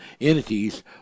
entities